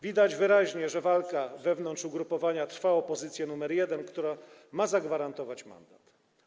Widać wyraźnie, że wewnątrz ugrupowania trwa walka o pozycję nr 1, która ma zagwarantować mandat.